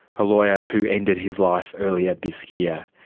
a lawyer who ended his life earlier this year.